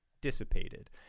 dissipated